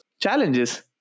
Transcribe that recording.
challenges